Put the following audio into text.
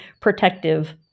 protective